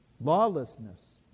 Lawlessness